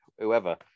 whoever